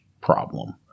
problem